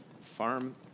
farm